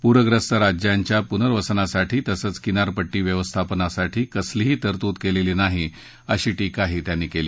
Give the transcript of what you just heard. पूखस्त राज्यांच्या पुनर्वसनासाठी तसंच किनारपट्टी व्यवस्थापनासाठी कसलीही तरतूद केलेली नाही अशी टीका त्यांनी केली